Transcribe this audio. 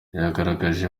yagaragaje